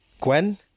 Gwen